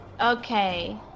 Okay